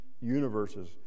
universes